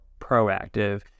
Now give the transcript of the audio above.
proactive